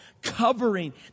covering